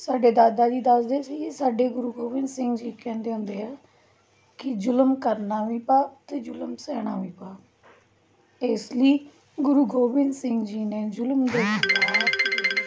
ਸਾਡੇ ਦਾਦਾ ਜੀ ਦੱਸਦੇ ਸੀ ਸਾਡੇ ਗੁਰੂ ਗੋਬਿੰਦ ਸਿੰਘ ਜੀ ਕਹਿੰਦੇ ਹੁੰਦੇ ਆ ਕਿ ਜ਼ੁਲਮ ਕਰਨਾ ਵੀ ਪਾਪ ਅਤੇ ਜ਼ੁਲਮ ਸਹਿਣਾ ਵੀ ਪਾਪ ਇਸ ਲਈ ਗੁਰੂ ਗੋਬਿੰਦ ਸਿੰਘ ਜੀ ਨੇ ਜ਼ੁਲਮ ਦੇ ਖਿਲਾਫ਼